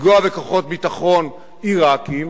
לפגוע בכוחות ביטחון עירקיים,